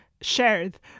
shared